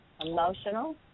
emotional